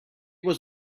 was